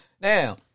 Now